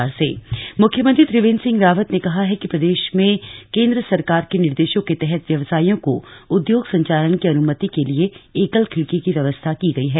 CII बैठक मुख्यमंत्री त्रियेंद्र सिंह रावत ने कहा है कि प्रदेश में केन्द्र सरकार के निर्देशों के तहत व्यवसाइयों को उद्योग संचालन की अनुमति के लिए एकल खिड़की की व्यवस्था की गई है